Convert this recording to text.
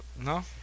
no